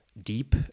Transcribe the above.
deep